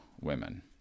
women